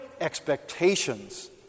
expectations